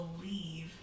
believe